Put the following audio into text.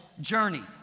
journey